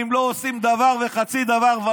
לא עושים דבר וחצי דבר.